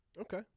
Okay